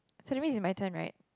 so that means it's my turn right